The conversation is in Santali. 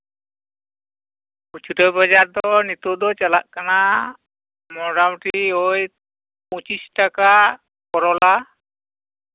ᱠᱷᱩᱪᱨᱟᱹ ᱵᱟᱡᱟᱨ ᱫᱚ ᱱᱤᱛᱳᱜ ᱫᱚ ᱪᱟᱞᱟᱜ ᱠᱟᱱᱟ ᱢᱳᱴᱟᱢᱩᱴᱤ ᱳᱭ ᱯᱚᱸᱪᱤᱥ ᱴᱟᱠᱟ ᱠᱚᱨᱚᱞᱟ